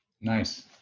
Nice